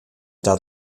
dat